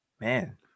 Man